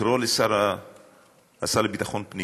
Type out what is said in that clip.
לקרוא לשר לביטחון פנים,